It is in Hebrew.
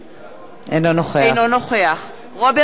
אינו נוכח רוברט אילטוב,